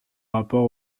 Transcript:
rapport